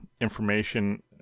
information